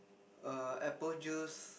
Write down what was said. err apple juice